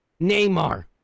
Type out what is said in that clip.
Neymar